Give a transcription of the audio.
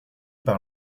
par